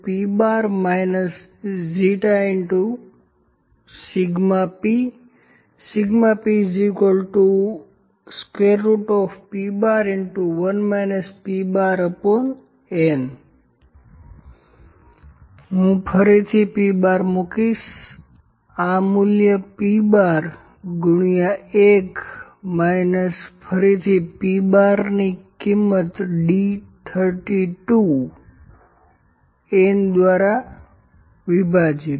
LP¯ ZP pP¯1 P¯n હું ફરીથી P¯ ફરીથી મૂકીશ આ મૂલ્ય P¯ ગુણ્યા 1 માઈનસ ફરીથી P¯ની કિંમત D32 n દ્વારા વિભાજિત